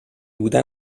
بودن